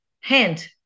hand